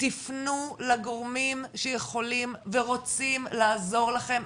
תפנו לגורמים שיכולים ורוצים לעזור לכם,